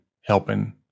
helping